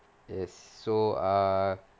is so uh